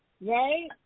Right